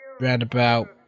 roundabout